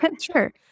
Sure